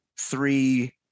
three